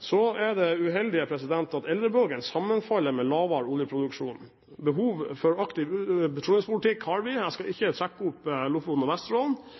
Så er det uheldig at eldrebølgen sammenfaller med lavere oljeproduksjon. Behov for aktiv petroleumspolitikk har vi. Jeg skal ikke